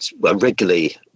regularly